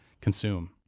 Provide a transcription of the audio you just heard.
consume